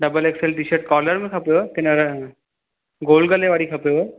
double XL T shirt collar में खपेव कि न गोल गले वारी खपेव